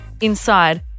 inside